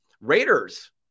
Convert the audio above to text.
Raiders